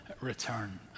return